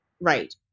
Right